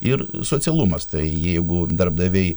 ir socialumas tai jeigu darbdaviai